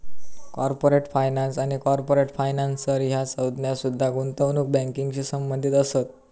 corporate finance आणि corporate financer ह्या संज्ञा सुद्धा गुंतवणूक बँकिंगशी संबंधित असत